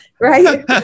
right